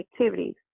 activities